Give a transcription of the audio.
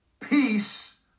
peace